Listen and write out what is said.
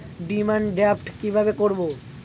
Demand draft কীভাবে করব?